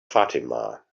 fatima